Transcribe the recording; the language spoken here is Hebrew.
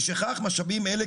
משכך משאבים אלה,